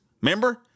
Remember